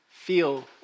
feel